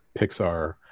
Pixar